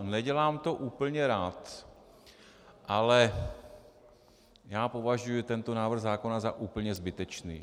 Nedělám to úplně rád, ale já považuji tento návrh zákona za úplně zbytečný.